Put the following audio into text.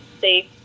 safe